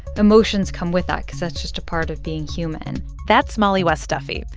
emotions come with that because that's just a part of being human that's mollie west duffy.